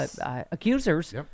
accusers